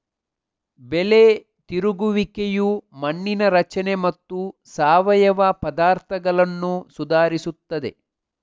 ಬೆಳೆ ತಿರುಗುವಿಕೆಯು ಮಣ್ಣಿನ ರಚನೆ ಮತ್ತು ಸಾವಯವ ಪದಾರ್ಥಗಳನ್ನು ಸುಧಾರಿಸುತ್ತದೆ